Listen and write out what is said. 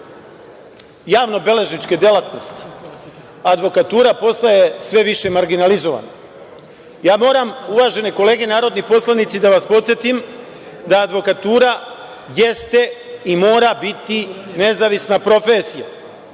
javnobeležničke delatnosti, advokatura postaje sve više marginalizovana. Ja moram uvažene kolege, narodni poslanici da vas podsetim da advokatura jeste i mora biti nezavisna profesija.